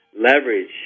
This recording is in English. leverage